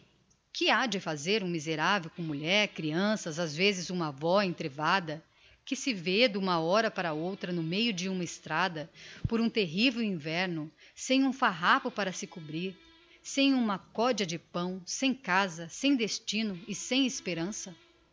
que ha-de fazer um miseravel com mulher creanças ás vezes uma avó entrévada que se vê d'uma hora para a outra no meio de uma estrada por um terrivel inverno sem um farrapo para se cobrir sem uma codea de pão sem casa sem destino e sem esperança